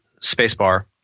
Spacebar